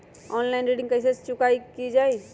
Online ऋण चुकाई कईसे की ञाई?